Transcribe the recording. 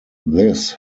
this